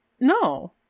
No